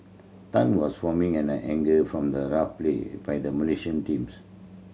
Tan was foaming and anger from the rough play by the Malaysian teams